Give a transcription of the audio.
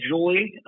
Julie